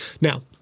Now